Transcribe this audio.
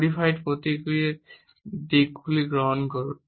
codified প্রতীকের দিকগুলি গ্রহণ করুন